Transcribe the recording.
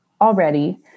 already